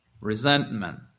Resentment